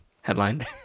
headline